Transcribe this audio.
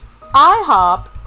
IHOP